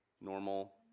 normal